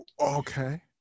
Okay